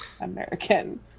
American